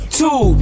two